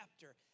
Chapter